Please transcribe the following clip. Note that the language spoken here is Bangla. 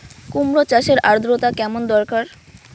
কুমড়ো চাষের আর্দ্রতা কেমন দরকার?